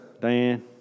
dan